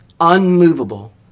unmovable